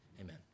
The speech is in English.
Amen